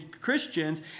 Christians